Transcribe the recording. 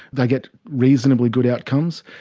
they get reasonably good outcomes.